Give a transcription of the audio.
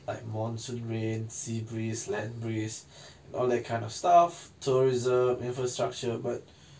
like monsoon rain sea breeze land breeze all that kind of stuff tourism infrastructure but